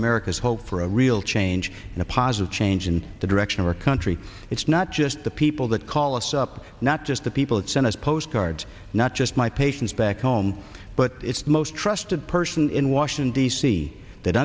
america's hope for a real change and a positive change in the direction of our country it's not just the people that call us up not just the people that sent us postcards not just my patients back home but it's most trusted person in washington d c that